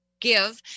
give